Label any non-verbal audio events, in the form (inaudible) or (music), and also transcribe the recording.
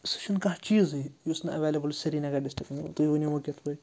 سُہ چھِنہٕ کانٛہہ چیٖزٕے یُس نہٕ اٮ۪وٮ۪لیبٕل سریٖنَگر ڈِسٹِرٛک (unintelligible) تُہۍ ؤنِو وۄنۍ کِتھ پٲٹھۍ